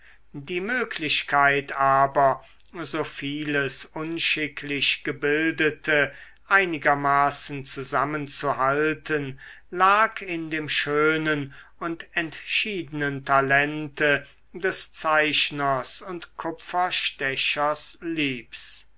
die möglichkeit aber so vieles unschicklich gebildete einigermaßen zusammenzuhalten lag in dem schönen und entschiedenen talente des zeichners und kupferstechers lips